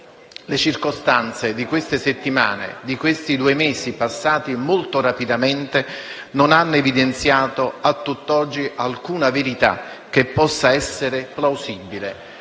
Le circostanze di queste settimane, di questi due mesi passati molto rapidamente, non hanno evidenziato a tutt'oggi alcuna verità che possa essere plausibile;